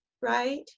right